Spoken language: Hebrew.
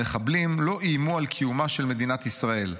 המחבלים לא איימו על קיומה של מדינת ישראל.